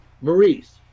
Maurice